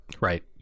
right